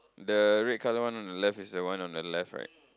the red color one on the left is the one on the left right